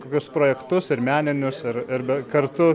kokius projektus ir meninius ir ir bet kartu